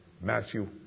Matthew